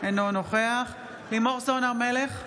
אינו נוכח לימור סון הר מלך,